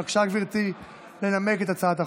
בבקשה, גברתי, לנמק את הצעת החוק.